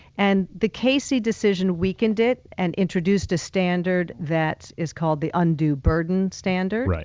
and the casey decision weakened it and introduced a standard that is called the undue burden standard,